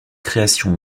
création